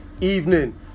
evening